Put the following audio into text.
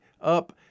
up